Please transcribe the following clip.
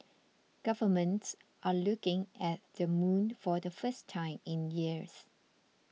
governments are looking at the moon for the first time in years